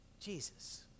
Jesus